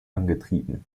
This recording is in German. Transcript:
angetrieben